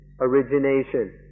Origination